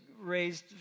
raised